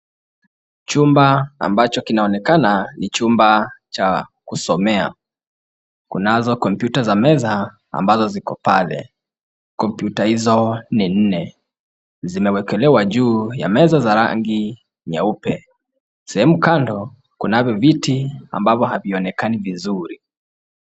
Chumba ambacho kinaonekana ni chumba cha kusomea. Kunazo komputa za meza ambazo ziko pale. Komputa hizo ni nne zinawekelewa juu ya meza za rangi nyeupe. Sehemu kando kunavyo viti ambavyo havionekani vizuri.